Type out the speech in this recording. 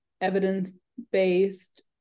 evidence-based